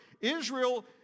Israel